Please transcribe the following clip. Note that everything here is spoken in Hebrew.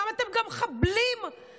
למה אתם גם מחבלים בפעילות,